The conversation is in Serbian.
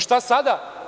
Šta sada?